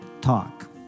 talk